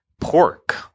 pork